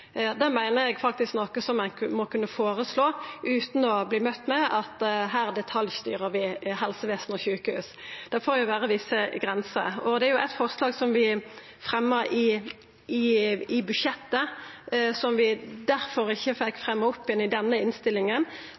meiner eg faktisk er noko ein må kunna føreslå utan å verta møtt med at ein detaljstyrer helsevesen og sjukehus. Det får vera visse grenser. Eit forslag som vi fremja i budsjettet, som vi difor ikkje fekk fremja igjen i denne innstillinga,